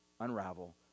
unravel